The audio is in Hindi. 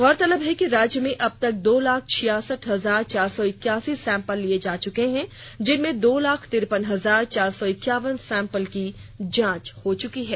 गौरतलब है कि राज्य में अबतक दो लाख छियासठ हजार चार सौ इकासी सैंपल लिए जा चुके हैं जिनमें से दो लाख तिरपन हजार चार सौ एक्यावन सैंपलों की जांच रिपोर्ट आ चुकी है